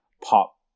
pop